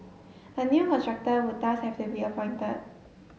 a new contractor would thus have to be appointed